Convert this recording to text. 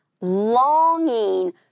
longing